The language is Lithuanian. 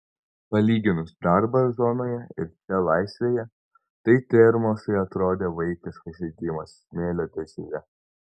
palyginus darbą zonoje ir čia laisvėje tai termosai atrodė vaikiškas žaidimas smėlio dėžėje